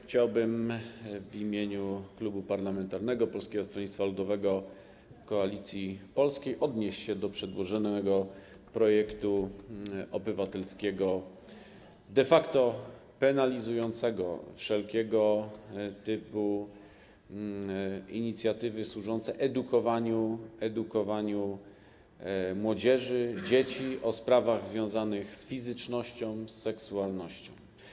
Chciałbym w imieniu Klubu Parlamentarnego Polskie Stronnictwo Ludowe - Koalicja Polska odnieść się do przedłożonego projektu obywatelskiego, de facto penalizującego wszelkiego typu inicjatywy służące edukowaniu młodzieży i dzieci w kwestiach związanych z fizycznością i seksualnością.